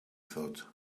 thought